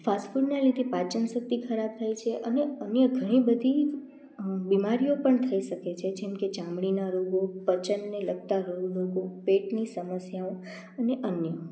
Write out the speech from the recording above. ફાસ્ટફૂડના લીધે પાચનશક્તિ ખરાબ થાય છે અને અન્ય ઘણીબધી બીમારીઓ પણ થઈ શકે છે જેમ કે ચામડીના રોગો પાચનને લગતા રોગો પેટની સમસ્યાઓ ને અન્ય